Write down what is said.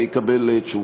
יקבל תשובה.